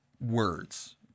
words